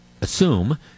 assume